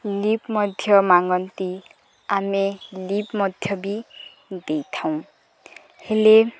lift ମଧ୍ୟ ମଙ୍ଗନ୍ତି ଆମେ ଲିଫ୍ଟ ମଧ୍ୟ ବି ଦେଇଥାଉଁ ହେଲେ